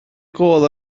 gôl